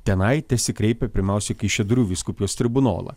tenai tesikreipia pirmiausia kaišiadorių vyskupijos tribunolą